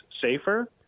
safer